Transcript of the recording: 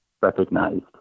recognized